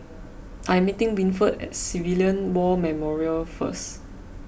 I am meeting Winford at Civilian War Memorial first